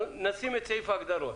נשים את סעיף ההגדרות.